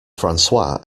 francois